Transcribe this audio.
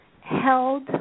held